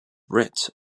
writ